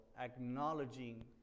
acknowledging